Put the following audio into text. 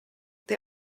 they